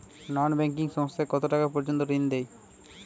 নন banking সংস্থা কতটাকা পর্যন্ত ঋণ দেয়?